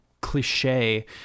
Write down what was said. Cliche